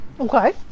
Okay